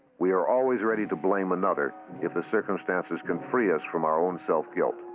we are always ready to blame another if the circumstances can free us from our own self-guilt.